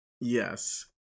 Yes